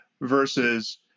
versus